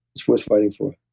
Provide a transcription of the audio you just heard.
it's worth fighting for